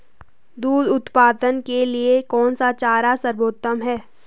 दूध उत्पादन के लिए कौन सा चारा सर्वोत्तम है?